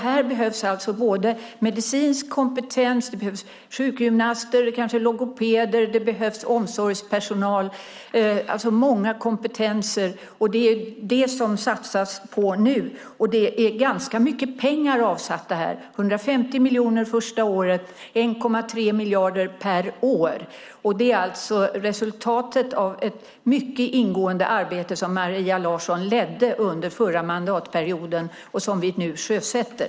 Det behövs alltså medicinsk kompetens, sjukgymnaster, kanske logopeder, omsorgspersonal, det vill säga många kompetenser, och det satsas det på nu. Det är ganska mycket pengar avsatt till detta - 150 miljoner första året, sedan 1,3 miljarder per år. Det är resultatet av ett mycket ingående arbete som Maria Larsson ledde under förra mandatperioden och som vi nu sjösätter.